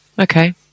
okay